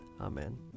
Amen